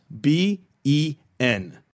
B-E-N